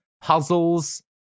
puzzles